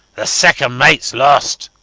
the second mates lost.